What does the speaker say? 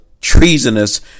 treasonous